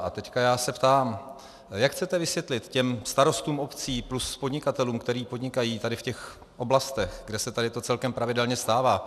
A teď já se ptám, jak to chcete vysvětlit těm starostům obcí plus podnikatelům, kteří podnikají tady v těch oblastech, kde se toto celkem pravidelně stává.